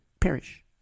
perish